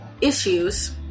issues